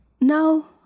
No